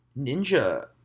Ninja